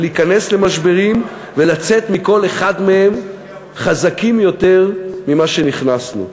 ולהיכנס למשברים ולצאת מכל אחד מהם חזקים יותר ממה שנכנסנו.